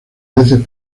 veces